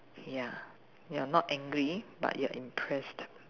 ya you're not angry but you're impressed